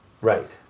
Right